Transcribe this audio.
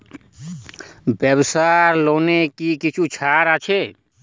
ব্যাবসার লোনে কি কিছু ছাড় আছে?